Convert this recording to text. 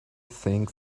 things